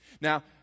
Now